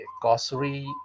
grocery